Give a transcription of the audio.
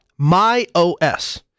MyOS